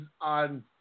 on